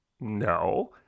No